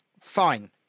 fine